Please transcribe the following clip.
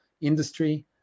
industry